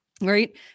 Right